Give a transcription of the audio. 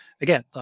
again